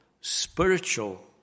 spiritual